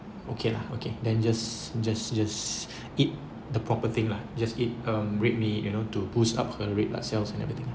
okay lah okay then just just just eat the proper thing lah just eat um red meat you know to boost up her red blood cells and everything